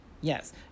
Yes